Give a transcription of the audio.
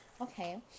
Okay